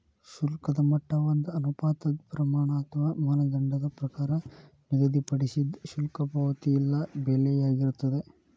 ಶುಲ್ಕದ ಮಟ್ಟ ಒಂದ ಅನುಪಾತದ್ ಪ್ರಮಾಣ ಅಥವಾ ಮಾನದಂಡದ ಪ್ರಕಾರ ನಿಗದಿಪಡಿಸಿದ್ ಶುಲ್ಕ ಪಾವತಿ ಇಲ್ಲಾ ಬೆಲೆಯಾಗಿರ್ತದ